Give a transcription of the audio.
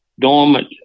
dormant